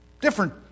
Different